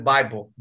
Bible